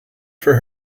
for